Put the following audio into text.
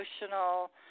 emotional